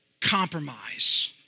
compromise